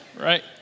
right